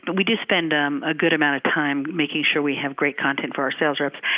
but we do spend a good amount of time making sure we have great content for our sales reps.